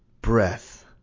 breath